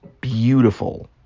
beautiful